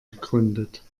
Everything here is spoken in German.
gegründet